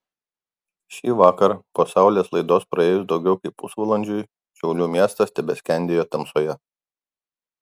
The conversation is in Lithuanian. šįvakar po saulės laidos praėjus daugiau kaip pusvalandžiui šiaulių miestas tebeskendėjo tamsoje